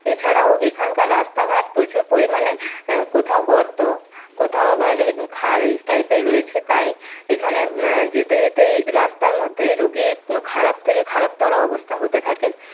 এছাড়াও এখানকার রাস্তাঘাট প্রচুর পরিমাণে কোথাও গর্ত কোথাও আবার খাল টাইপের রয়েছে তাই এখানে যেতে যেতেই রাস্তার মধ্যেই রুগির খারাপ থেকে খারাপতর অবস্থা হতে থাকে